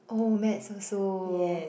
oh maths also